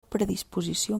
predisposició